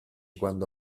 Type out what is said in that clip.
quando